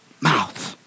mouth